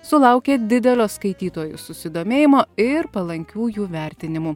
sulaukė didelio skaitytojų susidomėjimo ir palankių jų vertinimų